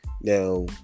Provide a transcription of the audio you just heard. Now